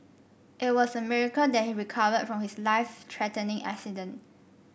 it was a miracle that he recovered from his life threatening accident